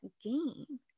game